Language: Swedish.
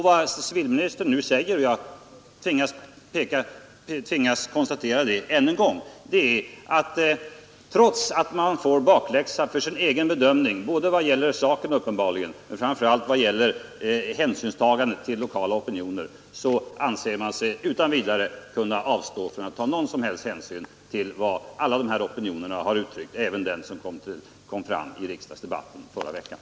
Vad civilministern nu säger — jag tvingas konstatera det ännu en gång — är att trots att man får bakläxa för sin egen bedömning både vad gäller saken och framför allt vad gäller hänsynstagandet till lokala opinioner, så anser man sig utan vidare kunna avstå från att ta någon som helst hänsyn till vad alla dessa, även till vad som kom fram i riksdagsdebatten förra veckan.